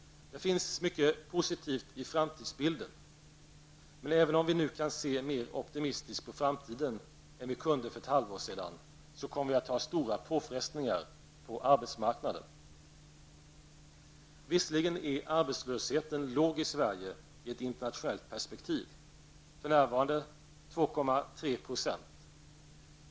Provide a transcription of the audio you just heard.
Det finns mycket som är positivt i framtidsbilden. Men även om vi nu kan se mer optimistiskt på framtiden än för ett halvår sedan, så kommer vi att ha stora påfrestningar på arbetsmarknaden. Visserligen är arbetslösheten låg i Sverige i ett internationellt perspektiv -- för närvarande 2,3 %.